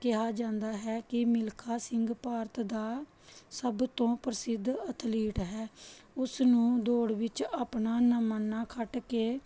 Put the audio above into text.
ਕਿਹਾ ਜਾਂਦਾ ਹੈ ਕਿ ਮਿਲਖਾ ਸਿੰਘ ਭਾਰਤ ਦਾ ਸਭ ਤੋਂ ਪ੍ਰਸਿੱਧ ਅਥਲੀਟ ਹੈ ਉਸ ਨੂੰ ਦੌੜ ਵਿੱਚ ਆਪਣਾ ਨਾਮਣਾ ਖੱਟ ਕੇ